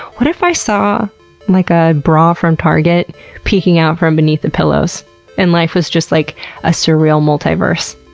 what if i saw like a bra from target peeking out from beneath the pillows and life was just like a surreal multiverse?